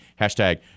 Hashtag